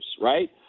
right